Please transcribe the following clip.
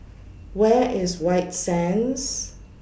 Where IS White Sands